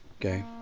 okay